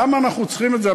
למה אנחנו צריכים את זה?